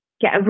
get